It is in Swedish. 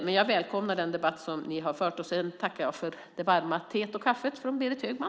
Men jag välkomnar denna debatt, och jag tackar för varmt te och kaffe från Berit Högman.